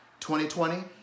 2020